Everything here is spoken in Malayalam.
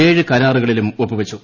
ഏഴ് കരാറുകളിലും ഒപ്പു വച്ചു